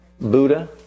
Buddha